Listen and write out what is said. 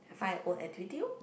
have I a own activity orh